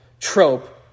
trope